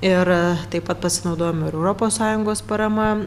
ir taip pat pasinaudojom ir europos sąjungos parama